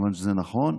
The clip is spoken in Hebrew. וכמובן שזה נכון.